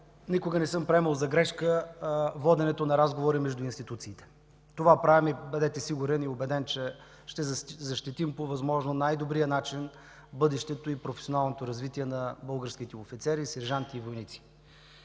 никога не съм приемал за грешка воденето на разговори между институциите. Това правим и бъдете сигурен и убеден, че ще защитим по възможно най-добрия начин бъдещето и професионалното развитие на българските офицери, сержанти и войници.